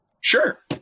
Sure